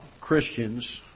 Christians